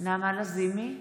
נעמה לזימי,